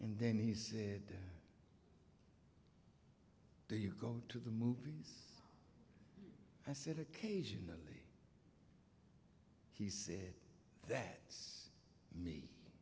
and then he said do you go to the movies i said occasionally he said that me